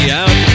out